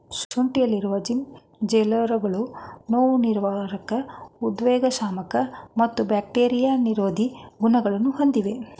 ಶುಂಠಿಯಲ್ಲಿರುವ ಜಿಂಜೆರೋಲ್ಗಳು ನೋವುನಿವಾರಕ ಉದ್ವೇಗಶಾಮಕ ಮತ್ತು ಬ್ಯಾಕ್ಟೀರಿಯಾ ವಿರೋಧಿ ಗುಣಗಳನ್ನು ಹೊಂದಿವೆ